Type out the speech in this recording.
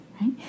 right